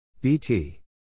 BT